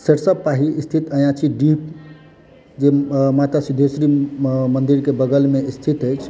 सरिसव पाही स्थित अयाची डीह जे माता सिद्धेश्वरी मंदिरके बगलमे स्थित अछि